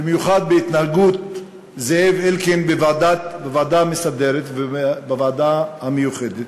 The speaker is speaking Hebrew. במיוחד בהתנהגות זאב אלקין בוועדה המסדרת ובוועדה המיוחדת,